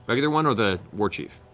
regular one or the war chief?